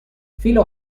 filo